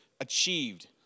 achieved